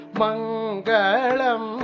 mangalam